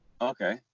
Okay